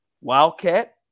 Wildcat